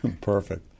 Perfect